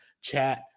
chat